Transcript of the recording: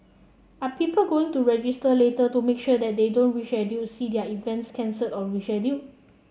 are people going to register later to make sure that they don't their events cancelled or rescheduled